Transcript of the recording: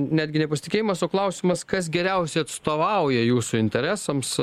netgi nepasitikėjimas o klausimas kas geriausiai atstovauja jūsų interesams